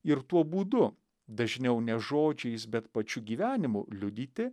ir tuo būdu dažniau ne žodžiais bet pačiu gyvenimu liudyti